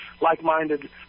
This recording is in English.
like-minded